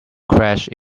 crashed